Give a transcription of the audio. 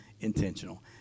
intentional